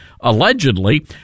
allegedly